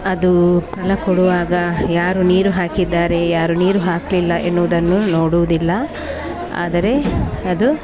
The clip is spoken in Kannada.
ಅದು ಫಲ ಕೊಡುವಾಗ ಯಾರು ನೀರು ಹಾಕಿದ್ದಾರೆ ಯಾರು ನೀರು ಹಾಕಲಿಲ್ಲ ಎನ್ನುವುದನ್ನು ನೋಡುವುದಿಲ್ಲ ಆದರೆ ಅದು